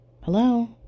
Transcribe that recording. Hello